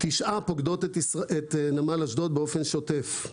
תשע פוקדות את נמל אשדוד באופן שוטף.